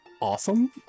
awesome